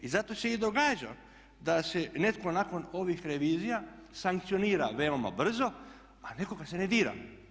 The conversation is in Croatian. I zato se i događa da se netko nakon ovih revizija sankcionira veoma brzo, a nekoga se ne dira.